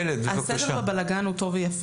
הסדר בבלגאן הוא טוב ויפה.